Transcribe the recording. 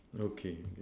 okay okay